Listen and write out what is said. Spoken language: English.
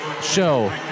show